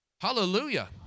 Hallelujah